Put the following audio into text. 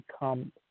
become